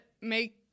make